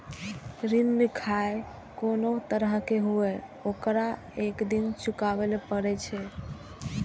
ऋण खाहे कोनो तरहक हुअय, ओकरा एक दिन चुकाबैये पड़ै छै